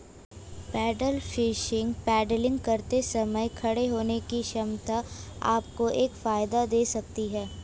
pedal fishing paddling करते समय खड़े होने की क्षमता आपको एक फायदा दे सकती है